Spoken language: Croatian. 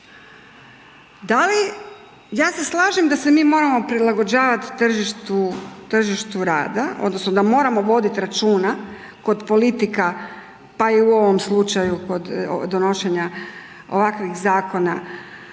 Da li, ja se slažem da se mi moramo prilagođavati tržištu rada odnosno da moramo voditi računa kod politika, pa i u ovom slučaju kod donošenja ovakvih zakona,